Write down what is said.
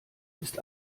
ist